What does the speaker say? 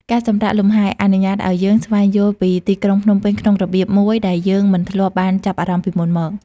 ការសម្រាកលំហែ អនុញ្ញាតឱ្យយើងស្វែងយល់ពីទីក្រុងភ្នំពេញក្នុងរបៀបមួយដែលយើងមិនធ្លាប់បានចាប់អារម្មណ៍ពីមុនមក។